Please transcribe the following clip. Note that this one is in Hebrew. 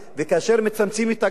וכאשר מצמצמים את ההגדרה,